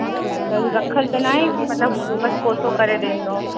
अच्छा त रखियलु त न आहे मतिलबु बसि कोसो करे ॾींदौ